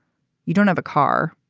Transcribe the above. you don't have a car.